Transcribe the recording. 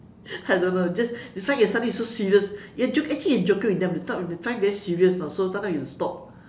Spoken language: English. I don't know just that's why they get suddenly so serious your joke actually you are joking with them but they thought they find very serious so sometimes you stop